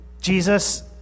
Jesus